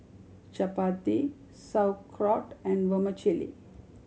Chapati Sauerkraut and Vermicelli